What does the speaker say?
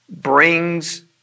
brings